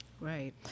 Right